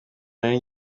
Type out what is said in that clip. nari